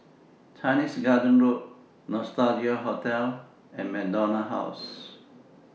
Chinese Garden Road Nostalgia Hotel and MacDonald House